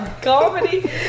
comedy